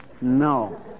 No